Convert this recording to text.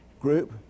group